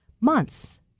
months